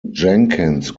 jenkins